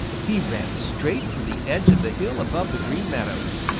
he ran straight for the edge of the hill above the green meadows.